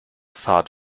fahrt